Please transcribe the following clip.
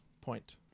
Point